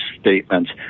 statements